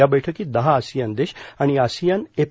या बैठकीत दहा आसियान देश आणि आसियान एफ